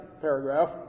paragraph